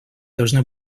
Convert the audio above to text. должна